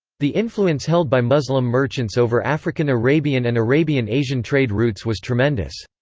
the influence held by muslim merchants over african-arabian and arabian-asian trade routes was tremendous.